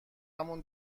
مون